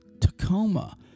Tacoma